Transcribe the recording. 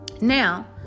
Now